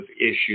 issues